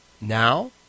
Now